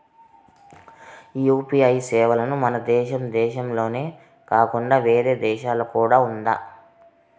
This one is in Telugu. యు.పి.ఐ సేవలు మన దేశం దేశంలోనే కాకుండా వేరే దేశాల్లో కూడా ఉందా?